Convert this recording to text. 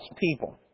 people